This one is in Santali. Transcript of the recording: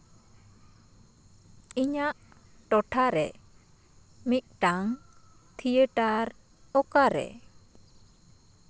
ᱤᱧᱟᱹᱜ ᱴᱚᱴᱷᱟᱨᱮ ᱢᱤᱫᱴᱟᱝ ᱛᱷᱤᱭᱮᱴᱟᱨ ᱚᱠᱟᱨᱮ